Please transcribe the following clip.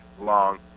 long